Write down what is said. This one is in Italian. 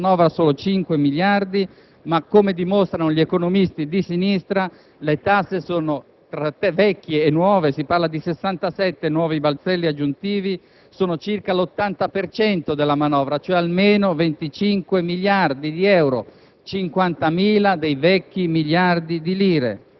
Dite che poche sono le tasse previste in questa manovra, solo 5 miliardi, ma, come dimostrano gli economisti di sinistra, le tasse, tra vecchie e nuove - si parla di 67 nuovi balzelli aggiuntivi - sono circa l'80 per cento della manovra, almeno 25 miliardi di euro,